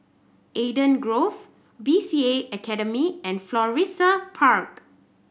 Eden Grove B C A Academy and Florissa Park